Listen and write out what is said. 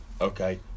okay